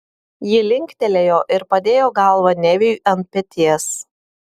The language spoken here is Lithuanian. ji linktelėjo ir padėjo galvą neviui ant peties